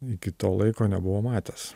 iki to laiko nebuvo matęs